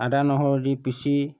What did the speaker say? আদা নহৰু দি পিচি